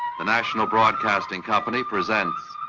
the national broadcasting company presents